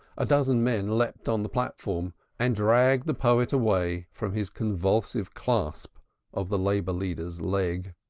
a dozen men leaped on the platform and dragged the poet away from his convulsive clasp of the labor-leader's leg.